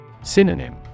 Synonym